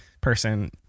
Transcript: person